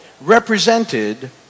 represented